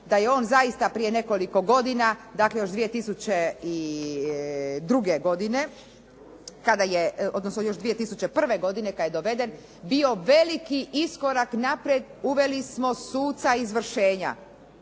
da je on zaista prije nekoliko godina, dakle još 2002. godine, odnosno još 2001. godine kada je doveden, bio veliki iskorak naprijed, uveli smo suca izvršenja